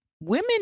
Women